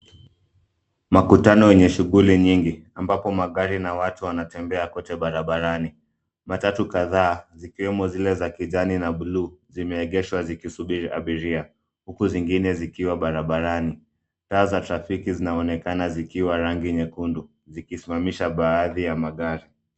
Makutano yenye shughuli nyingi ambapo magari na watu wanatembea kote barabarani. Matatu kadhaa, zikiwemo zile za kijani na buluu, zimeegeshwa zikisubiri abiria, huku zingine zikiwa barabarani. Taa za trafiki zinaonekana zikiwa rangi nyekundu, zikisimamisha baadhi ya magari.